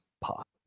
pop